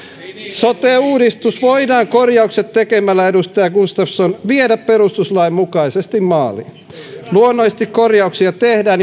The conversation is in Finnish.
sote uudistus voidaan korjaukset tekemällä edustaja gustafsson viedä perustuslain mukaisesti maaliin luonnollisesti korjauksia tehdään